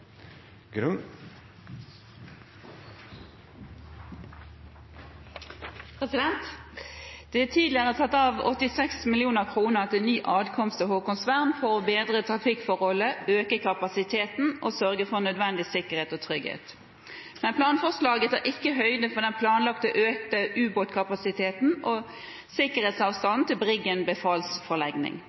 ny adkomst til Haakonsvern for å bedre trafikkforholdene, øke kapasiteten og sørge for nødvendig sikkerhet og trygghet. Men planforslaget tar ikke høyde for den planlagte økte ubåtkapasiteten og sikkerhetsavstanden til Briggen befalsforlegning.